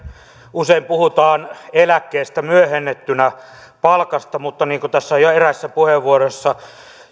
usein puhutaan eläkkeestä myöhennettynä palkkana mutta niin kuin tässä on jo eräissä puheenvuoroissa